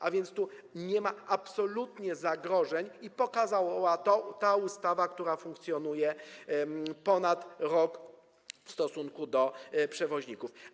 A więc tu nie ma absolutnie zagrożeń i pokazała to ta ustawa, która funkcjonuje ponad rok w stosunku do przewoźników.